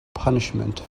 punishment